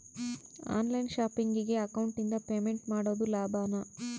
On line ಶಾಪಿಂಗಿಗೆ ಅಕೌಂಟಿಂದ payment ಮಾಡೋದು ಲಾಭಾನ?